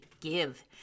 give